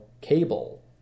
cable